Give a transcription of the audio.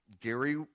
Gary